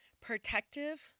protective